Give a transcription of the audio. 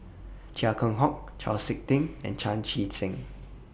Chia Keng Hock Chau Sik Ting and Chan Chee Seng